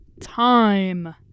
time